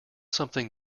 something